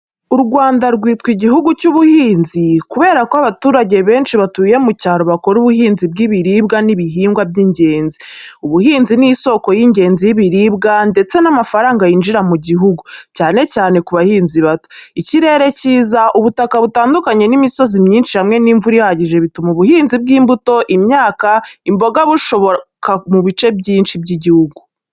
U Rwanda rwitwa igihugu cy’ubuhinzi kubera ko abaturage benshi batuye mu cyaro bakora ubuhinzi bw’ibiribwa n’ibihingwa by’ingenzi. Ubuhinzi ni isoko y’ingenzi y’ibiribwa ndetse n’amafaranga yinjira mu gihugu, cyane cyane ku bahinzi bato. Ikirere cyiza, ubutaka butandukanye n’imisozi myinshi hamwe n’imvura ihagije bituma ubuhinzi bw’imbuto, imyaka n’imboga bushoboka mu bice byinshi by’igihugu.